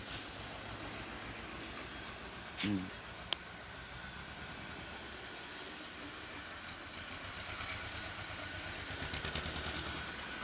ꯑꯣ ꯑꯗꯨ ꯀꯩꯅꯣꯒꯤ ꯃꯣꯏ ꯄ꯭ꯔꯥꯏꯖꯁꯤꯗꯤ ꯈꯔ ꯍꯥꯏꯗꯤ ꯗꯤꯁꯀꯥꯎꯟ ꯗꯤꯁꯀꯥꯎꯟ ꯀꯩ ꯀꯩ ꯈꯔ ꯄꯤꯕ ꯈꯣꯠꯄꯀꯤ ꯑꯗꯨꯒꯨꯝꯕ ꯂꯩꯕ꯭ꯔꯥ ꯅꯠꯇ꯭ꯔꯒꯅ ꯑꯗꯨꯝ ꯐꯤꯛꯁ ꯑꯣꯏꯕ꯭ꯔꯥ ꯀꯃꯥꯏ ꯇꯧꯏ ꯃꯣꯏꯁꯦ ꯄ꯭ꯔꯥꯏꯖꯁꯤꯗꯤ